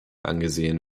angesehen